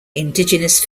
indigenous